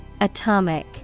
Atomic